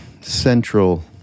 central